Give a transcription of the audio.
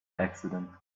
accident